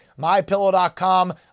MyPillow.com